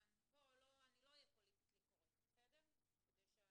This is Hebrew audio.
אני לא היה פוליטיקלי קורקט כדי שנבין